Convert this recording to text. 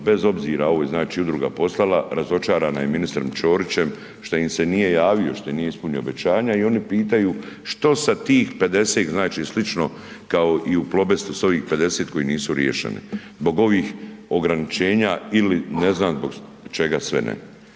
bez obzira ovo je znači udruga poslala, razočarana je ministrom Ćorićem što im se nije javio, što nije ispunio obećanje i oni pitanju, što sa tih 50 znači slično kao i u „Plobestu“ s ovih 50 koji nisu riješeni zbog ovih ograničenja ili ne znam zbog čega sve ne.